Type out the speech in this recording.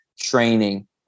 training